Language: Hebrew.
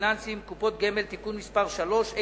פיננסיים (קופות גמל) (תיקון מס' 3),